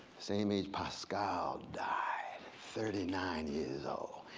same age pasco died, thirty nine years old.